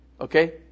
Okay